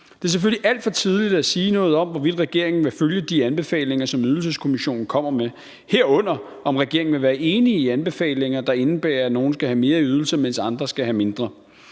Det er selvfølgelig alt for tidligt at sige noget om, hvorvidt regeringen vil følge de anbefalinger, som Ydelseskommissionen kommer med, herunder om regeringen vil være enig i anbefalinger, der indebærer, at nogle skal have mere i ydelse, mens andre skal have mindre.